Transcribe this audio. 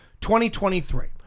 2023